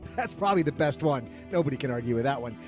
that's probably the best one. nobody can argue with that one.